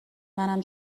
منم